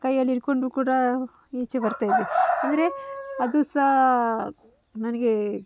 ಕೈಯಲ್ಲಿಡಕೊಂಡು ಕೂಡ ಈಚೆ ಬರ್ತಾಯಿದ್ದೆ ಅಂದರೆ ಅದು ಸಹ ನನಗೆ